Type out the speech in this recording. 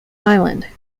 island